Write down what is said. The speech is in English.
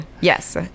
yes